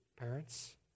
parents